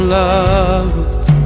loved